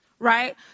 right